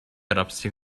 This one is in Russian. арабских